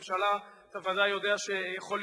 כשר בממשלה אתה וודאי יודע שיכול להיות